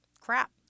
crap